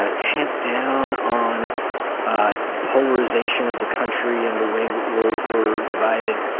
ah tamp down on the polarization of the country and the way we're were were divided.